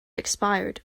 expired